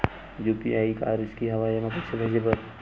UPI का रिसकी हंव ए पईसा भेजे बर?